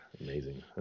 Amazing